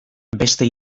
beste